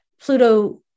Pluto